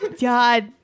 god